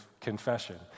confession